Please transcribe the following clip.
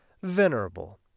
Venerable